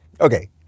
Okay